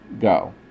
go